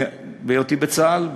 בהיותי בצה"ל,